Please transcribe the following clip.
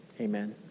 Amen